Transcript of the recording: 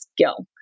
skill